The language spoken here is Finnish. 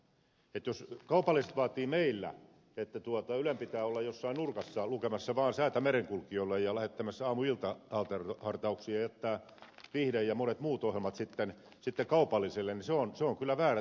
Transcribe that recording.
jos kaupalliset vaativat meillä että ylen pitää olla jossain nurkassa lukemassa vain säätä merenkulkijoille ja lähettämässä aamu ja iltahar tauksia ja jättää viihde ja monet muut ohjelmat kaupallisille niin se on kyllä väärä tie